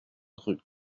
rue